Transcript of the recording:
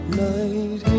night